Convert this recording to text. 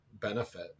benefit